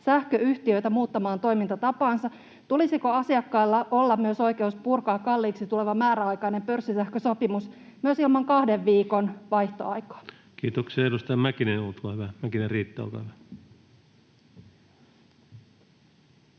sähköyhtiöitä muuttamaan toimintatapaansa? Tulisiko asiakkailla olla oikeus purkaa kalliiksi tuleva määräaikainen pörssisähkösopimus myös ilman kahden viikon vaihtoaikaa? Kiitoksia. — Edustaja Mäkinen Riitta, olkaa hyvä.